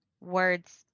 words